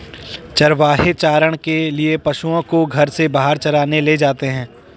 चरवाहे चारण के लिए पशुओं को घर से बाहर चराने ले जाते हैं